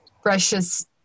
precious